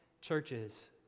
churches